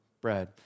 bread